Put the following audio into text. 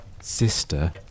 Sister